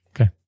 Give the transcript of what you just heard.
Okay